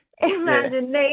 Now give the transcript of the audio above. Imagination